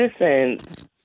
Listen